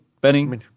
Benny